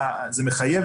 זה מחייב,